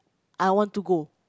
I want to go